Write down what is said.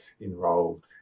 enrolled